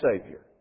Savior